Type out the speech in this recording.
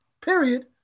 Period